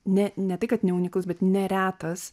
ne ne tai kad neunikalus bet neretas